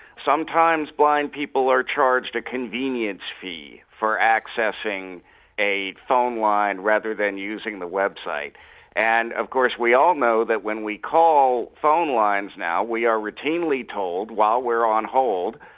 sometimes blind people are charged a convenience fee for accessing a phoneline rather than using the website and of course we all know that when we call phonelines now we are routinely told while we're on hold,